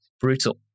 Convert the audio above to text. brutal